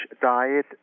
diet